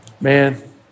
Man